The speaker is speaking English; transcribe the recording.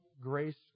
grace